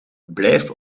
blijf